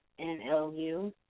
NLU